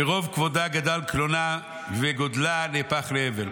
כרוב כבודה גדל קלונה וגודלה נהפך לאבל.